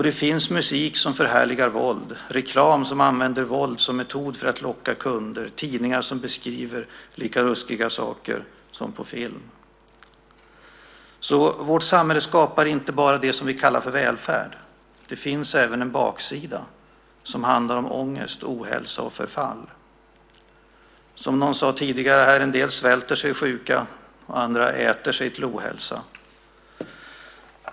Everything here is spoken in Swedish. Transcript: Det finns musik som förhärligar våld, reklam som använder våld som metod för att locka kunder och tidningar som beskriver lika ruskiga saker som filmerna. Vårt samhälle skapar alltså inte bara det som vi kallar för välfärd. Det finns även en baksida som handlar om ångest, ohälsa och förfall. Som någon sade tidigare här: En del svälter sig sjuka, och andra äter sig till ohälsa.